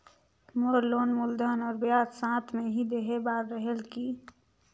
मोर loan मूलधन और ब्याज साथ मे ही देहे बार रेहेल की?